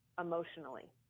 emotionally